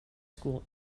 school